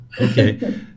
Okay